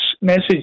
message